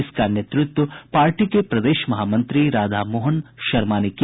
इसका नेतृत्व पार्टी के प्रदेश महामंत्री राधामोहन शर्मा ने किया